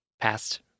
past